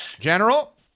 General